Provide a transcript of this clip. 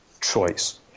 choice